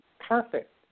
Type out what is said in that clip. Perfect